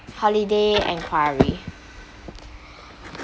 holiday inquiry